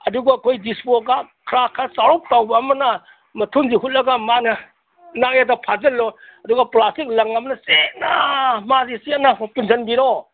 ꯑꯗꯨꯒ ꯑꯩꯈꯣꯏ ꯗꯤꯁꯄꯣ ꯈꯔ ꯆꯥꯎꯔꯞ ꯇꯧꯕ ꯑꯃꯅ ꯃꯊꯨꯟꯁꯤ ꯍꯨꯠꯂꯒ ꯃꯥꯟꯅ ꯅꯥꯛ ꯌꯦꯠꯇ ꯐꯥꯖꯜꯂꯣ ꯑꯗꯨꯒ ꯄ꯭ꯂꯥꯁꯇꯤꯛ ꯂꯪ ꯑꯃꯅ ꯆꯦꯠꯅ ꯃꯥꯁꯤ ꯆꯦꯠꯅ ꯄꯨꯟꯖꯟꯕꯤꯔꯣ